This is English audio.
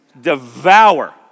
devour